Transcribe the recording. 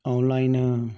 online